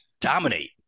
Dominate